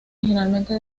originalmente